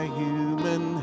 human